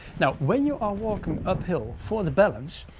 now, when you are walking uphill for the balance,